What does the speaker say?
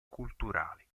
culturali